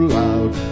loud